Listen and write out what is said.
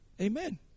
Amen